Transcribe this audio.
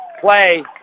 play